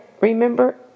remember